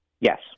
Yes